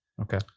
Okay